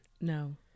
No